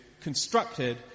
constructed